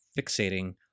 fixating